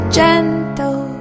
gentle